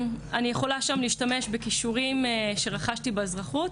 אני יכולה שם להשתמש בכישורים שרכשתי באזרחות,